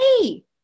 hey